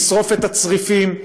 לשרוף את הצריפים,